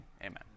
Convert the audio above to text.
amen